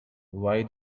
why